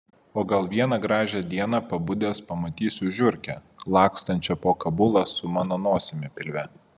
o gal vieną gražią dieną pabudęs pamatysiu žiurkę lakstančią po kabulą su mano nosimi pilve